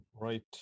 Right